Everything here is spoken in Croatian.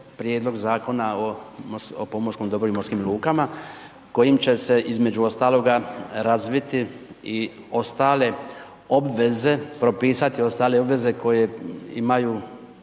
prijedlog Zakona o pomorskom dobru i morskim lukama, kojim će se između ostaloga razviti ostale obveze, propisati ostale obveze koje imaju